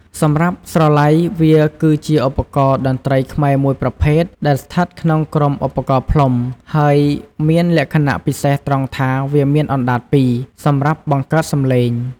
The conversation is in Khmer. សម្រាប់ ស្រឡៃ វាគឺជាឧបករណ៍តន្រ្តីខ្មែរមួយប្រភេទដែលស្ថិតក្នុងក្រុម ឧបករណ៍ផ្លុំ ហើយមានលក្ខណៈពិសេសត្រង់ថាវាមាន អណ្ដាតពីរ សម្រាប់បង្កើតសំឡេង។